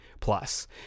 Plus